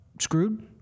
screwed